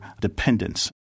dependence